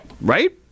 Right